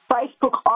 Facebook